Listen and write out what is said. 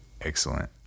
Excellent